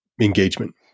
engagement